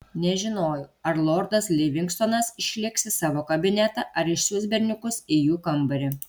nežinojau ar lordas livingstonas išlėks į savo kabinetą ar išsiųs berniukus į jų kambarį